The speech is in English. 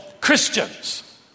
Christians